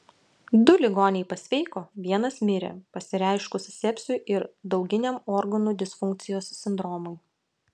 du ligoniai pasveiko vienas mirė pasireiškus sepsiui ir dauginiam organų disfunkcijos sindromui